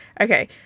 Okay